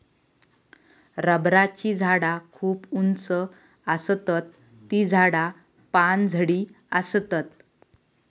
रबराची झाडा खूप उंच आसतत ती झाडा पानझडी आसतत